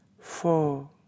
four